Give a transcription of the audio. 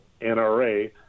NRA